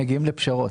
מגיעים לפשרות.